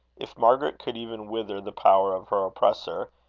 if margaret could even wither the power of her oppressor,